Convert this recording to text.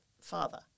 father